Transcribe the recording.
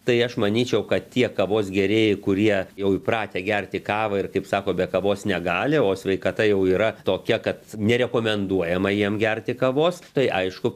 tai aš manyčiau kad tie kavos gėrėjai kurie jau įpratę gerti kavą ir kaip sako be kavos negali o sveikata jau yra tokia kad nerekomenduojama jiem gerti kavos tai aišku